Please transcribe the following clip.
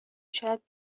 شاید